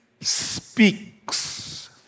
speaks